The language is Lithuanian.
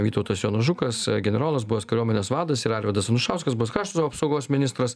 vytautas jonas žukas generolas buvęs kariuomenės vadas ir arvydas anušauskas buvęs krašto apsaugos ministras